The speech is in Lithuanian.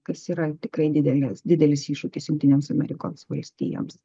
kas yra tikrai didelis didelis iššūkis jungtinėms amerikos valstijoms